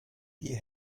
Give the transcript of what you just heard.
die